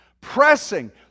Pressing